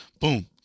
boom